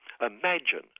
Imagine